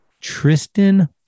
Tristan